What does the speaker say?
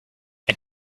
and